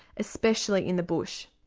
especially in the bush.